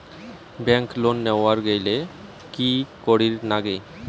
Bank loan নেওয়ার গেইলে কি করীর নাগে?